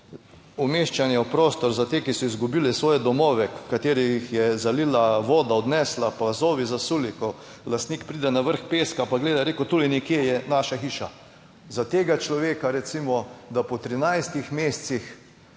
umeščanja v prostor, za te, ki so izgubili svoje domove katerih jih je zalila voda, odnesla zovi, zasuli, ko lastnik pride na vrh peska pa gleda, rekel, tule nekje je naša hiša. Za tega človeka recimo, da po 13 mesecih